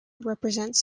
represents